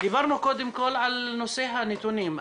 דיברנו קודם כל על נושא הנתונים.